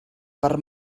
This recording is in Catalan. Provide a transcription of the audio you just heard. per